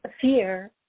fear